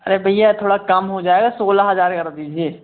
अरे भैया थोड़ा कम हो जाएगा सोलह हज़ार कर दीजिए